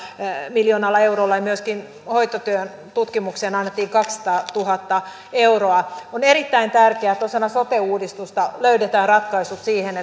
miljoonalla eurolla ja myöskin hoitotyön tutkimukseen annettiin kaksisataatuhatta euroa on erittäin tärkeää että osana sote uudistusta löydetään ratkaisut siihen